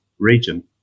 region